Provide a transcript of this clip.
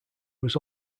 was